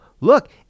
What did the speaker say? Look